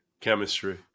chemistry